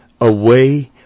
away